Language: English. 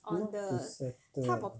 not to settle